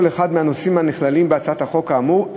אחד מהנושאים הנכללים בהצעת החוק כאמור,